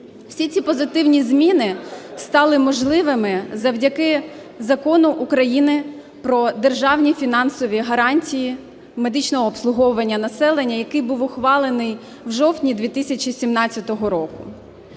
Всі ці позитивні зміни стали можливими завдяки Закону України "Про державні фінансові гарантії медичного обслуговування населення", який був ухвалений у жовтні 2107 року.